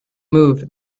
move